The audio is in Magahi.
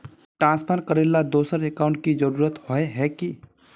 ट्रांसफर करेला दोसर अकाउंट की जरुरत होय है की?